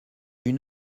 une